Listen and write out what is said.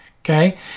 Okay